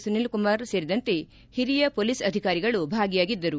ಸುನಿಲ್ ಕುಮಾರ್ ಸೇರಿದಂತೆ ಹಿರಿಯ ಮೊಲೀಸ್ ಆಧಿಕಾರಿಗಳು ಭಾಗಿಯಾಗಿದ್ದರು